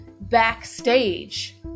backstage